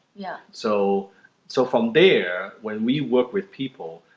yeah so so from there, when we work with people,